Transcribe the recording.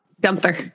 Gunther